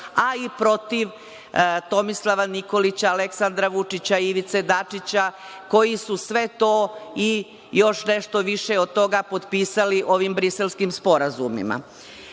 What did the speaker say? a i protiv Tomislava Nikolića, Aleksandra Vučića, Ivice Dačića, koji su sve to, i još nešto više od toga, potpisali ovim Briselskim sporazumima. Treći